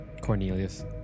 Cornelius